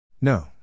No